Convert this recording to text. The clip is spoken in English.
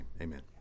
amen